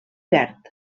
verd